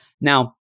Now